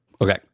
okay